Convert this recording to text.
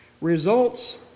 results